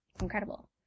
incredible